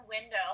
window